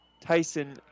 Tyson